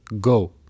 go